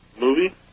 movie